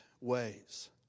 ways